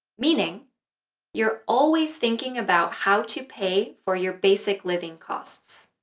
meaning you're always thinking about how to pay for your basic living costs.